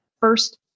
first